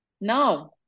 No